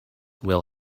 will